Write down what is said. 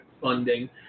funding